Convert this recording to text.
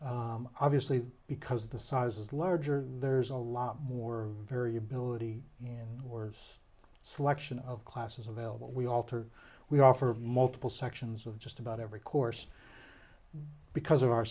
obviously because the sizes larger there's a lot more variability and worse selection of classes available we alter we offer multiple sections of just about every course because of our